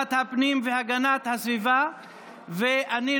לוועדת הפנים והגנת הסביבה נתקבלה.